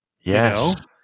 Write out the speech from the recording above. yes